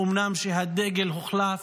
אומנם הדגל הוחלף,